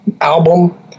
album